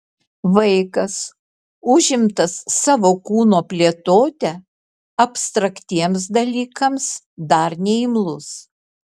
vaikas užimtas savo kūno plėtote abstraktiems dalykams dar neimlus